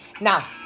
Now